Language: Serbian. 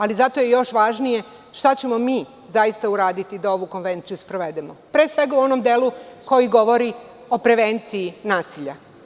Ali, zato je još važnije šta ćemo mi zaista uraditi da ovu konvenciju sprovedemo, pre svega u onom delu koji govori o prevenciji nasilja.